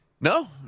No